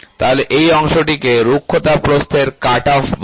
তাহলে এই অংশটিকে রুক্ষতা প্রস্থের কাট অফ বলে